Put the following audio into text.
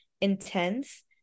intense